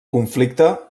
conflicte